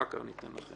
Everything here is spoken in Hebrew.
אחר כך אני אתן לכם.